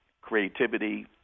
creativity